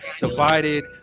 divided